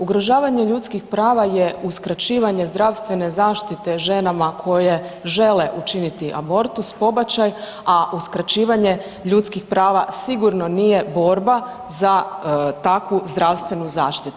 Ugrožavanje ljudskih prava je uskraćivanje zdravstvene zaštite ženama koje žele učiniti abortus, pobačaj, a uskraćivanje ljudskih prava sigurno nije borba za takvu zdravstvenu zaštitu.